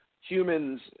humans